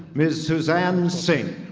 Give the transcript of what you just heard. miss suzanne sink